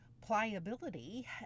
Pliability